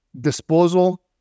disposal